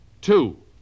Two